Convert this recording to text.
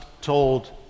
told